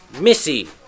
Missy